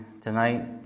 tonight